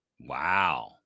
wow